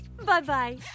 Bye-bye